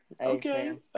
Okay